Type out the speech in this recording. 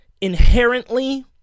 inherently